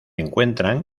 encuentran